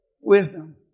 Wisdom